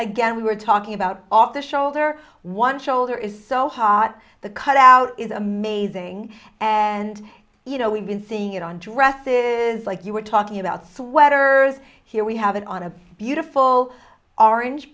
again we were talking about off the shoulder one shoulder is so hot the cut out is amazing and you know we've been seeing it on dresses like you were talking about sweaters here we have it on a beautiful orange